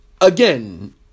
Again